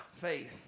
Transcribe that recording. faith